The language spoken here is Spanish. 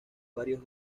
varios